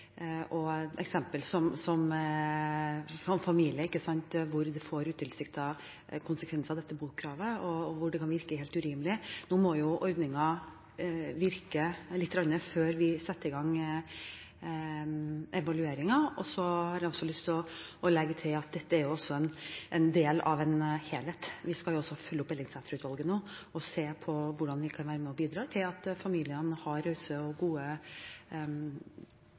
hvor dette botidskravet får utilsiktede konsekvenser, og hvor det kan virke helt urimelig. Nå må ordningen virke litt før vi setter i gang evalueringen. Jeg har lyst til å legge til at dette også er en del av en helhet. Vi skal følge opp Ellingsæter-utvalget nå og se på hvordan vi kan være med og bidra til at familiene har rause og gode